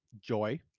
joy